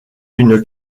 une